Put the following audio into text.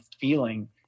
feeling